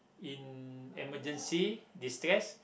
in emergency distress